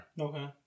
Okay